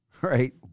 right